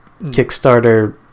Kickstarter